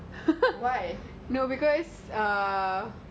but I don't want you to be stuck here